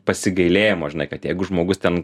pasigailėjimo žinai kad jeigu žmogus ten